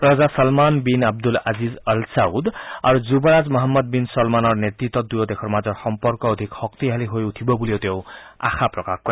ৰজা Salman bin Abdul Aziz Al Saud আৰু যুৱৰাজ মহম্মদ বিন ছলমানৰ নেতৃত্বত দুয়ো দেশৰ মাজৰ সম্পৰ্ক অধিক শক্তিশালী হৈ উঠিব বুলিও তেওঁ আশা প্ৰকাশ কৰে